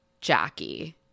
Jackie